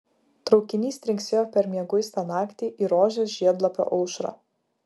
traukinys trinksėjo per mieguistą naktį į rožės žiedlapio aušrą